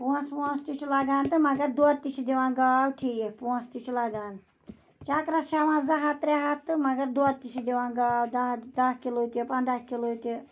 پونٛسہٕ وونٛسہٕ تہِ چھُ لَگان تہٕ مگر دۄد تہِ چھِ دِوان گاو ٹھیٖک پونٛسہٕ تہِ چھِ لَگان چَکرَس چھِ ہیٚوان زٕ ہَتھ ترٛےٚ ہَتھ تہٕ مگر دۄد تہِ چھِ دِوان گاو دَہ دَہ کِلوٗ تہِ پنٛداہ کِلوٗ تہِ